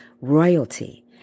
royalty